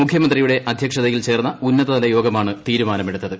മുഖ്യമന്ത്രിയുടെ അധ്യക്ഷതയിൽ ചേർന്ന ഉന്നതതല യോഗമാണ് തീരുമാനമെടുത്തത്